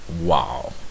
Wow